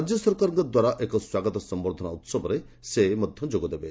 ରାଜ୍ୟ ସରକାରଙ୍କ ଦ୍ୱାରା ଏକ ସ୍ୱାଗତ ସମ୍ଭର୍ଦ୍ଧନା ଉତ୍ସବରେ ସେ ଯୋଗ ଦେବେ